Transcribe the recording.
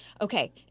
okay